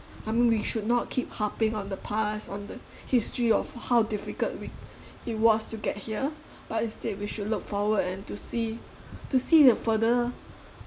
I mean we should not keep harping on the past on the history of how difficult it it was to get here but instead we should look forward and to see to see the further